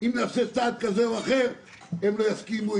אם נעשה צעד כזה או אחר הם לא יסכימו,